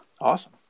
Awesome